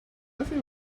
think